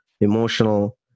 emotional